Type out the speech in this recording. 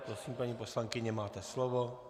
Prosím, paní poslankyně, máte slovo.